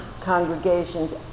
congregations